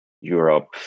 Europe